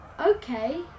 Okay